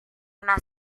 una